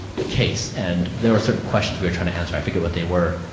the case and there are certain questions we are trying to answer. i forget what they were.